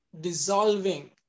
dissolving